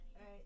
right